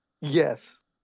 Yes